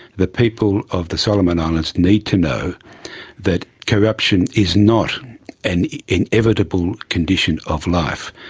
the people of the solomon islands needs to know that corruption is not an inevitable condition of life.